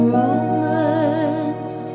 romance